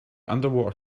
underwater